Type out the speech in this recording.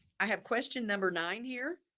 i have question number nine here.